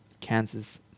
Kansas